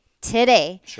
today